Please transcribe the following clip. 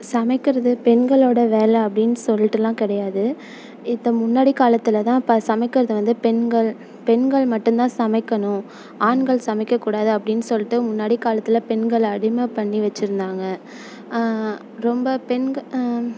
சமைக்கிறது பெண்களோடய வேலை அப்படின்னு சொல்லிட்டுலாம் கிடையாது இத்த முன்னாடி காலத்தில் தான் அப்போ சமைக்கிறது வந்து பெண்கள் பெண்கள் மட்டும் தான் சமைக்கணும் ஆண்கள் சமைக்கக்கூடாது அப்படின்னு சொல்லிட்டு முன்னாடி காலத்தில் பெண்களை அடிமை பண்ணி வச்சுருந்தாங்க ரொம்ப பெண்க ம்